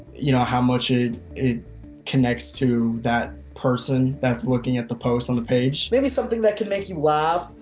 you know, how much it it connects to that person that's looking at the posts on the page. maybe something that can make you laugh,